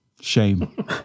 Shame